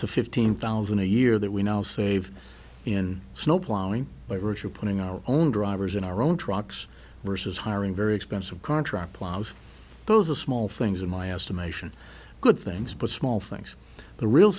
to fifteen thousand a year that we now save in snowplowing by virtue of putting our own drivers in our own trucks versus hiring very expensive contract plows those the small things in my estimation good things but small things the real